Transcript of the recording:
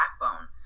backbone